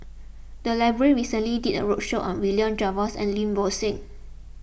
the library recently did a roadshow on William Jervois and Lim Bo Seng